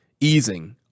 easing